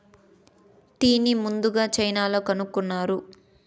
టీని ముందుగ చైనాలో కనుక్కున్నారు